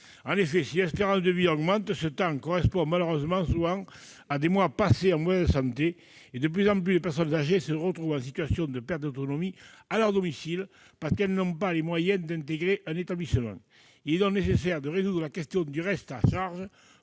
En effet, si l'espérance de vie augmente, le gain se réduit souvent, malheureusement, à des mois passés en mauvaise santé. De plus en plus de personnes âgées se retrouvent en situation de perte d'autonomie à leur domicile, parce qu'elles n'ont pas les moyens de financer leur hébergement en établissement. Il est donc nécessaire de résoudre la question du reste à charge,